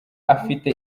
afite